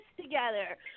together